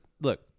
look